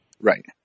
Right